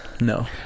No